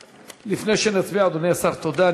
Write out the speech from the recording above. לפני שנצביע, אדוני השר, תודה.